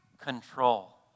control